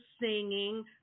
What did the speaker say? singing